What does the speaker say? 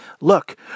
Look